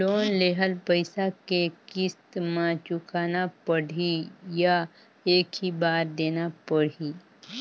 Loan लेहल पइसा के किस्त म चुकाना पढ़ही या एक ही बार देना पढ़ही?